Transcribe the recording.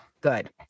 good